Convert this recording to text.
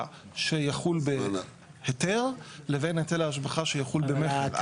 שיחול בהיתר לבין היטל ההשבחה שיחול במכר.